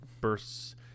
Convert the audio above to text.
bursts